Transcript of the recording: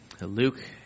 Luke